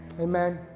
Amen